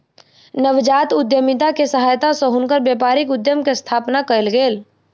नवजात उद्यमिता के सहायता सॅ हुनकर व्यापारिक उद्यम के स्थापना कयल गेल